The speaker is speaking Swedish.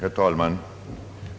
Herr talman!